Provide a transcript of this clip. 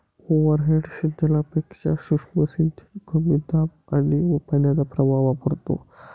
overhead सिंचनापेक्षा सूक्ष्म सिंचन कमी दाब आणि पाण्याचा प्रवाह वापरतो